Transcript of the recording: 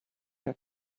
have